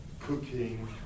cooking